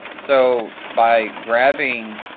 so by grabbing